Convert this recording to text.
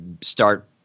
start